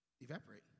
evaporate